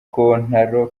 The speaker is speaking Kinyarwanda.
kontaro